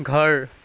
घर